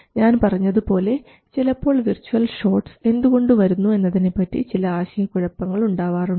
ഞാൻ പറഞ്ഞതുപോലെ ചിലപ്പോൾ വിർച്ച്വൽ ഷോട്ട്സ് എന്തുകൊണ്ട് വരുന്നു എന്നതിനെപ്പറ്റി ചില ആശയക്കുഴപ്പങ്ങൾ ഉണ്ടാവാറുണ്ട്